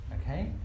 okay